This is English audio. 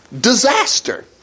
disaster